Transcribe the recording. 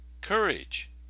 courage